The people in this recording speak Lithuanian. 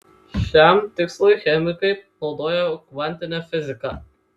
šiam tikslui chemikai naudojo kvantinę fiziką